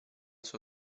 sua